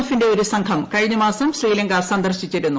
എഫിന്റെ ഒരു സംഘം കഴിഞ്ഞമാസം ശ്രീലങ്ക സന്ദർശിച്ചിരുന്നു